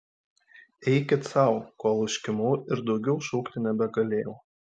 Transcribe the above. eikit sau kol užkimau ir daugiau šaukti nebegalėjau